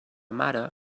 mare